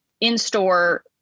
in-store